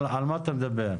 על מה אתה מדבר?